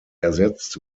ersetzt